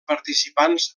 participants